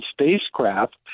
spacecraft